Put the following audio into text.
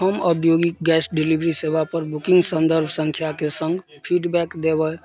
हम औद्योगिक guest delivery सेवापर बुकिंग सन्दर्भ सङ्ख्याके सङ्ग फीड बैक देबय